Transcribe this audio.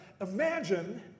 imagine